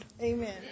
Amen